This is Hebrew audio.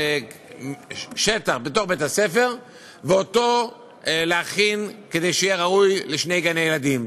שטח בתוך בית-הספר ואותו להכין כדי שיהיה ראוי לשני גני-ילדים.